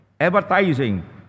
advertising